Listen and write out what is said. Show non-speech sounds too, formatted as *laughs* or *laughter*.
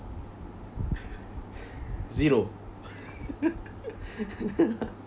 *laughs* zero *laughs*